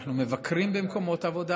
אנחנו מבקרים במקומות עבודה,